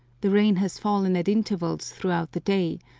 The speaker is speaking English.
the rain has fallen at intervals throughout the day,